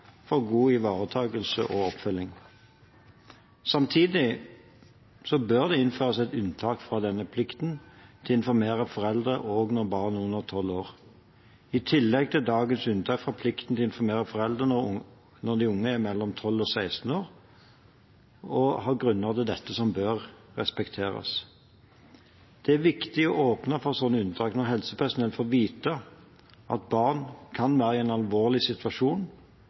og god ivaretakelse og oppfølging. Samtidig bør det innføres et unntak fra denne plikten til å informere foreldre også når barn er under tolv år, i tillegg til dagens unntak fra plikten til å informere foreldrene når de unge er mellom tolv og seksten år, og har grunner til dette som bør respekteres. Det er viktig å åpne for slike unntak når helsepersonell får vite at barn kan være i en alvorlig situasjon,